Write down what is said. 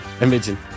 Imagine